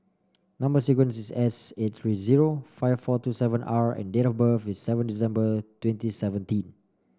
number sequence is S eighty three zero five four two seven R and date of birth is seven December twenty seventeen